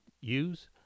use